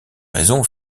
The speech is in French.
raisons